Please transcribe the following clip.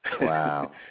Wow